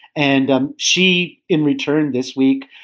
and um she, in return this week,